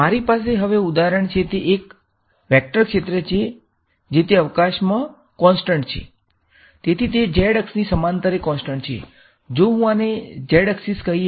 મારી પાસેની હવે ઉદાહરણ છે તે એક વેક્ટર ક્ષેત્ર છે જે તે અવકાશ મા કોન્સટંટ તો આવું જ રહેશે